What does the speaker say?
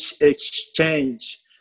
exchange